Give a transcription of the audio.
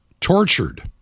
tortured